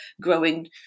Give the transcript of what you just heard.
growing